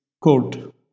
quote